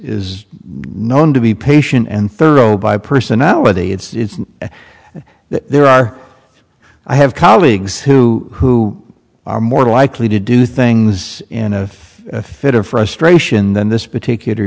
is known to be patient and thorough by personality it's that there are i have colleagues who are more likely to do things in a fit of frustration than this particular